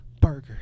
Burger